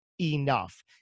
enough